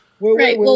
Right